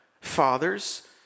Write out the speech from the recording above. fathers